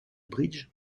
bridge